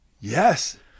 Yes